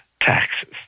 taxes